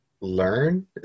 learn